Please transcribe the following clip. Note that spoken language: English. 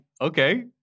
okay